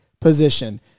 position